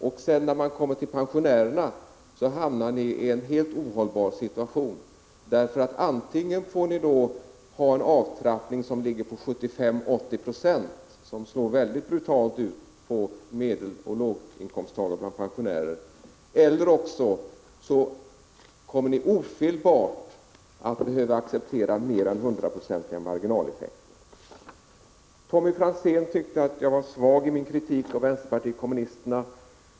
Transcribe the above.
Och pensionärerna skulle hamna i en helt ohållbar situation, för antingen får ni ha en avtrappning på 75-80 Ze, som slår väldigt brutalt mot medeloch låginkomsttagare bland pensionärerna, eller också kommer ni ofelbart att behöva acceptera mer än hundraprocentiga marginaleffekter. Tommy Franzén tyckte att jag var svag i min kritik mot vänsterpartiet kommunisterna.